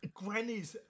grannies